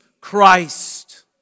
Christ